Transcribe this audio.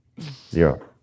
zero